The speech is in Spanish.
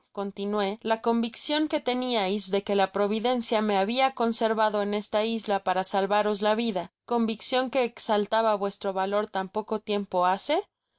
continué la conviccion que teniais de que la providencia me habia conservado en esta isla para salvaros la vida conviccion que exaltaba vuestro valor tan poco tiempo hace